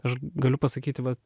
aš galiu pasakyti va